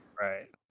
Right